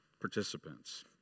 Participants